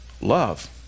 Love